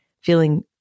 feeling